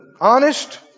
honest